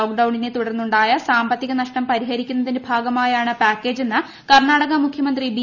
ലോക്ഡൌണിനെ തുടർന്നുണ്ടായ സാമ്പത്തിക നഷ്ടം പരിഹരിക്കുന്നതിന്റെ ഭാഗമായാണ് പാക്കേജെന്ന് കർണ്ണാടക മുഖൃമന്ത്രി ബി